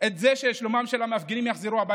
את שלומם של המפגינים, שיחזרו הביתה.